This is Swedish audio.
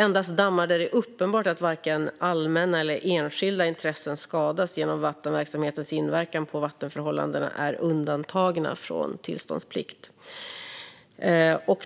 Endast dammar där det är uppenbart att varken allmänna eller enskilda intressen skadas genom vattenverksamhetens inverkan på vattenförhållandena är undantagna från tillståndsplikt.